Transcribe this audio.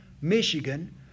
Michigan